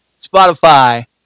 Spotify